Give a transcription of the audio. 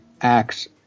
acts